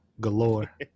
galore